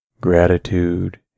Gratitude